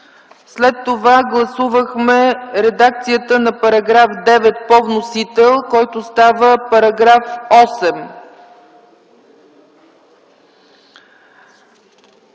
След това гласувахме редакцията на § 9 по вносител, който става § 8.